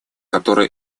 которую